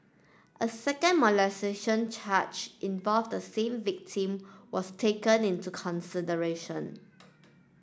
a second molestation charge involved the same victim was taken into consideration